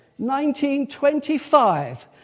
1925